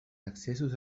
accessos